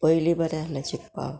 पयलीं बरें आहलें शिकपाक